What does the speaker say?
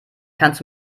kannst